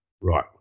Right